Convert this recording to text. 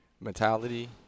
mentality